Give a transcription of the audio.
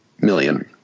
million